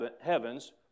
heavens